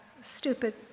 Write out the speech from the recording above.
stupid